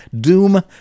Doom